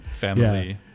family